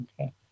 okay